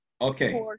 Okay